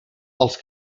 els